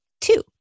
two